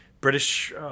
British